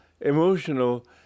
emotional